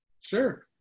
Sure